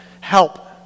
help